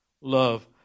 love